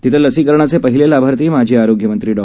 तिथं लसीकरणाचे पाहिले लाभार्थी माजी आरोग्यमंत्री डॉ